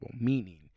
meaning